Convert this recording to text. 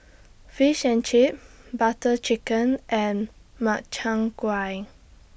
Fish and Chips Butter Chicken and Makchang Gui